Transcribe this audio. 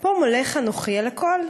'פה מולך אנוכי על הכול,